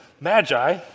Magi